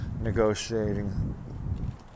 negotiating